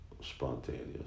spontaneous